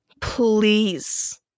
please